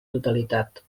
totalitat